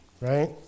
right